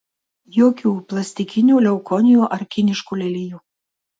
jokių plastikinių leukonijų ar kiniškų lelijų